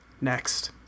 Next